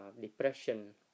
depression